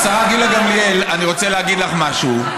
השרה גילה גמליאל, אני רוצה להגיד לך משהו.